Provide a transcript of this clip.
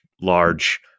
large